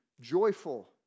joyful